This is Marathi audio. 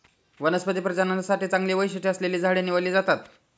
वनस्पती प्रजननासाठी चांगली वैशिष्ट्ये असलेली झाडे निवडली जातात